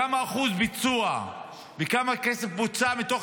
כמה אחוז ביצוע וכמה כסף בוצע מתוך